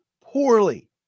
poorly